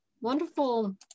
wonderful